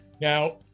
now